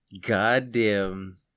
Goddamn